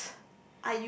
what